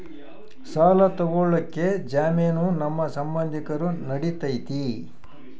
ಸಾಲ ತೊಗೋಳಕ್ಕೆ ಜಾಮೇನು ನಮ್ಮ ಸಂಬಂಧಿಕರು ನಡಿತೈತಿ?